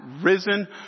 risen